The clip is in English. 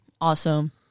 Awesome